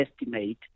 estimate